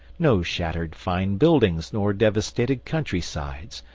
no shattered fine buildings nor devastated country sides,